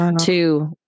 two